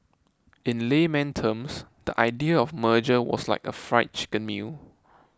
in layman terms the idea of merger was like a Fried Chicken meal